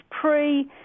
pre